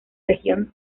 región